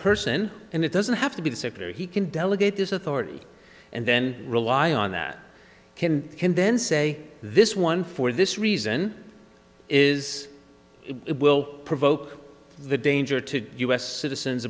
person and it doesn't have to be the secretary he can delegate this authority and then rely on that can can then say this one for this reason is it will provoke the danger to u s citizens